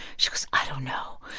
she goes, i don't know.